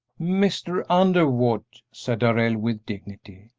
mr. underwood, said darrell, with dignity,